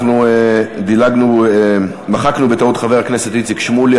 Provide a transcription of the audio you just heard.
אנחנו מחקנו בטעות את חבר הכנסת איציק שמולי,